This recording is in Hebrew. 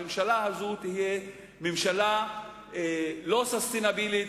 הממשלה הזו תהיה ממשלה לא ססטיינבילית,